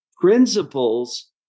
principles